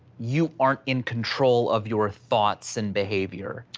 you aren't in control of your thoughts and behavior?